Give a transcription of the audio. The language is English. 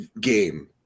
game